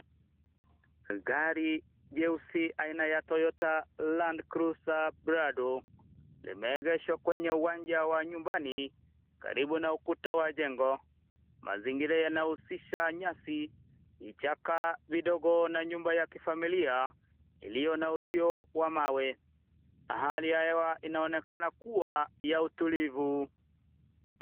Gari jeusi aina ya toyota land cruiser prado ,limeegeshwa kwenye uwanja wa nyumbani, karibu na kuta na jengo. Mazingira yanahusisha nyasi, vichaka vidogo na nyumba ya familia, iliyo na usio wa mawe. Hali ya hewa inaonekana kuwa ya utulivu.